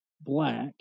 black